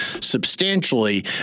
substantially